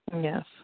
Yes